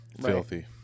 filthy